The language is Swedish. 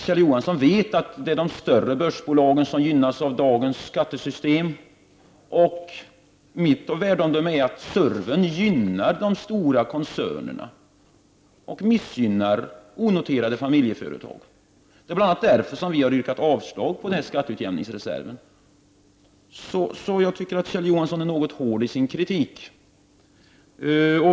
Kjell Johansson vet att det är de större börsnoterade bolagen som gynnas i dagens skattesystem. Min uppfattning är att SURV-en gynnar de stora koncernerna och missgynnar ej börsnoterade familjeföretag. Det är bl.a. därför som vi har yrkat avslag på förslaget om skatteutjämningsreserven. Jag tycker därför att Kjell Johansson är något hård i sin kritik.